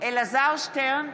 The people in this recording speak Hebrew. אלעזר שטרן,